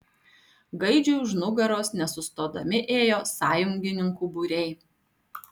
gaidžiui už nugaros nesustodami ėjo sąjungininkų būriai